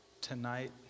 tonight